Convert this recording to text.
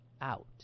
out